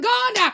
God